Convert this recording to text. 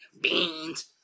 Beans